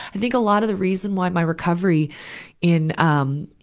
i think a lot of the reason why my recovery in, um,